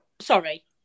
sorry